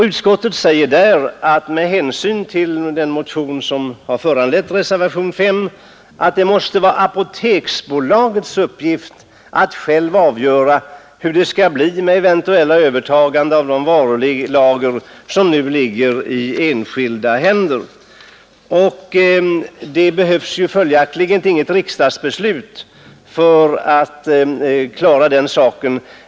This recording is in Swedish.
Utskottet säger med anledning av den motion som föranlett reservationen 5 att det måste vara Apoteksbolagets uppgift att självt avgöra hur det skall bli med ett eventuellt övertagande av de varulager som nu finns i enskilda händer. Det behövs följaktligen inte något riksdagsbeslut för att klara den saken.